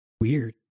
Weird